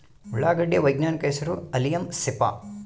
ಉಳ್ಳಾಗಡ್ಡಿ ಯ ವೈಜ್ಞಾನಿಕ ಹೆಸರು ಅಲಿಯಂ ಸೆಪಾ